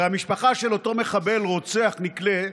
הרי המשפחה של אותו מחבל רוצח נקלה,